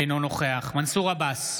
אינו נוכח מנסור עבאס,